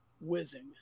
Whizzing